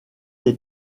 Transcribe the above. des